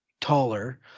taller